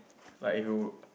like if you